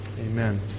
amen